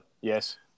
yes